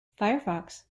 firefox